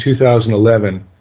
2011